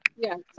Yes